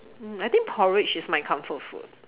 mm I think porridge is my comfort food